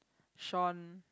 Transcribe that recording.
Shawn